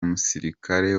musirikare